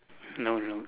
no no